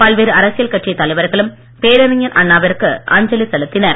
பல்வேறு அரசியல் கட்சித் தலைவர்களும் பேரறிஞர் அண்ணாவிற்கு அஞ்சலி செலுத்தினர்